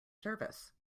service